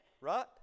right